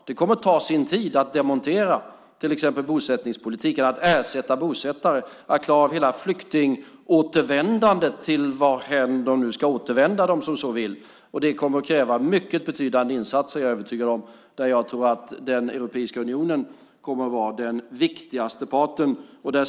Det kommer att ta sin tid att demontera till exempel bosättningspolitiken, att ersätta bosättare och att klara av hela flyktingåtervändandet till varthän nu de som så vill ska återvända. Det kommer att kräva mycket betydande insatser är jag övertygad om, och där tror jag att Europeiska unionen kommer att vara den viktigaste parten.